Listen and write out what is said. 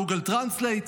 גוגל טרנסלייט.